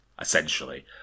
essentially